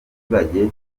abaturage